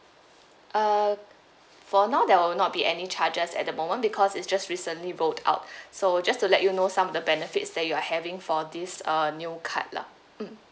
uh for now there will not be any charges at the moment bebecause it's just recently brought out so just to let you know some of the benefits that you're having for this uh new card lah mm